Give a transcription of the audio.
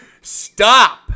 stop